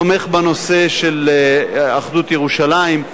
תומך בנושא של אחדות ירושלים,